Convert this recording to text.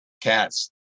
cats